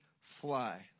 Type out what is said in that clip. fly